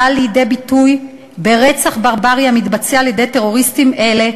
באה לידי ביטוי ברצח ברברי המתבצע על-ידי טרוריסטים אלה,